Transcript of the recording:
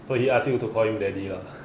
so he ask you to call him daddy lah